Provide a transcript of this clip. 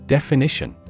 Definition